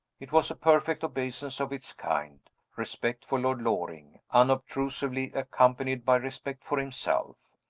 it was a perfect obeisance of its kind respect for lord loring, unobtrusively accompanied by respect for himself.